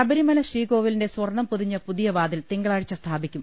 ശബരിമല ശ്രീകോവിലിന്റെ സ്വർണം പൊതിഞ്ഞ പുതിയ വാതിൽ തിങ്കളാഴ്ച്ച സ്ഥാപിക്കും